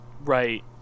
Right